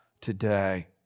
today